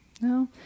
No